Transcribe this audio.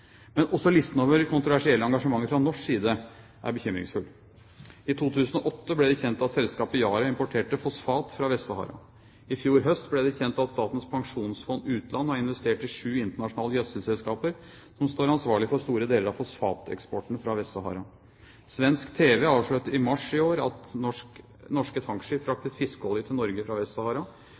Men også listen over kontroversielle engasjementer fra norsk side er bekymringsfull: I 2008 ble det kjent at selskapet Yara importerte fosfat fra Vest-Sahara. I fjor høst ble det kjent at Statens pensjonsfond utland har investert i sju internasjonale gjødselselskaper som står ansvarlige for store deler av fosfateksporten fra Vest-Sahara. Svensk TV avslørte i mars i år at norske tankskip fraktet fiskeolje til Norge fra